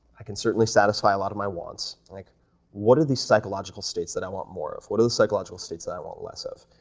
i can certainly satisfy a lot of my wants, like what are the psychological states that i want more of? what are the psychological states that i want less of?